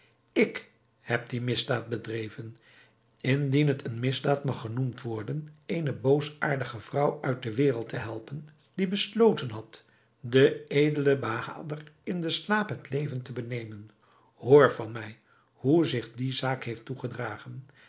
ik heb die misdaad bedreven indien het eene misdaad mag genoemd worden eene boosaardige vrouw uit de wereld te helpen die besloten had den edelen bahader in den slaap het leven te benemen hoor van mij hoe zich die zaak heeft toegedragen